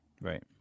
Right